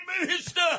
minister